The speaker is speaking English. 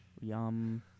Yum